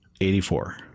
84